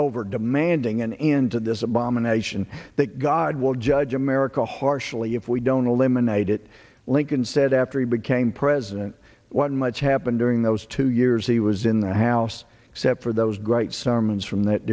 over demanding an end to this abomination that god will judge america harshly if we don't eliminate it lincoln said after he became president what much happened during those two years he was in the house except for those great summons from that